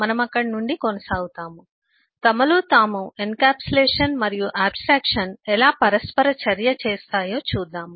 మనము అక్కడ నుండి కొనసాగుతాము తమలో తాము ఎన్క్యాప్సులేషన్ మరియు ఆబ్స్ట్రాక్షన్ ఎలా పరస్పర చర్య చేస్తాయో చూద్దాం